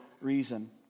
reason